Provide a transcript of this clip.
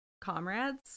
comrades